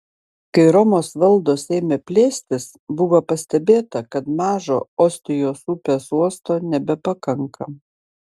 kai romos valdos ėmė plėstis buvo pastebėta kad mažo ostijos upės uosto nebepakanka